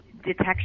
detection